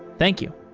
thank you.